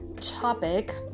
topic